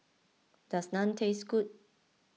does Naan taste good